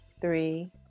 three